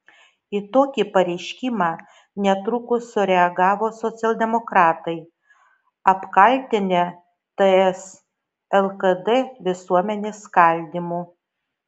į tokį pareiškimą netrukus sureagavo socialdemokratai apkaltinę ts lkd visuomenės skaldymu